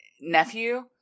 nephew